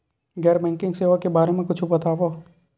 गैर बैंकिंग सेवा के बारे म कुछु बतावव?